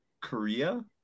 Korea